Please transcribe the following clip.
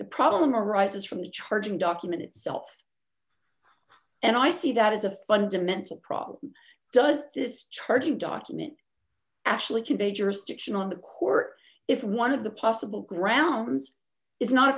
the problem arises from the charging document itself and i see that as a fundamental problem does this charging document actually convey jurisdiction on the court if one of the possible grounds is not a